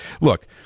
Look